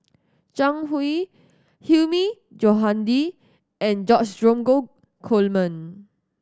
Zhang Hui Hilmi Johandi and George Dromgold Coleman